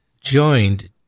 joined